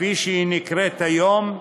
כפי שהיא נקראת היום,